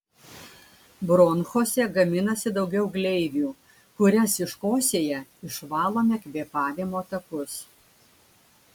bronchuose gaminasi daugiau gleivių kurias iškosėję išvalome kvėpavimo takus